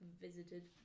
visited